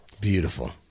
beautiful